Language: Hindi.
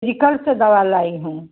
जी कल से दवा लाई हूँ